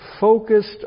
focused